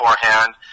beforehand